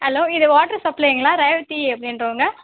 hello இது water சப்ளைங்களா ரேவதி அப்படின்றவங்க